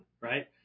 right